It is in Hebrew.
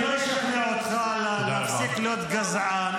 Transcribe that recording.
אני לא אשכנע להפסיק להיות גזען.